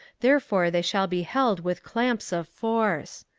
therefore they shall be held with clamps of force.